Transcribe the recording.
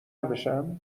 بشم